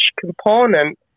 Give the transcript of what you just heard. component